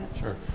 Sure